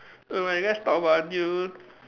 alright let's talk about new